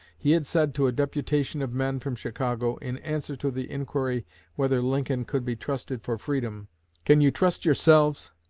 he had said to a deputation of men from chicago, in answer to the inquiry whether lincoln could be trusted for freedom can you trust yourselves?